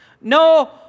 No